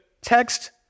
text